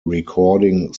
recording